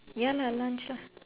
ya lah lunch lah